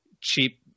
cheap